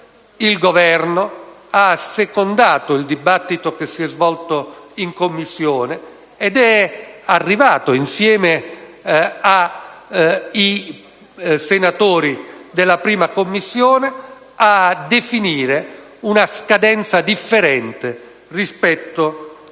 il Governo ha assecondato il dibattito che si è svolto in Commissione ed è arrivato, insieme ai senatori della 1a Commissione, a definire una scadenza differente rispetto a quella